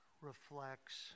reflects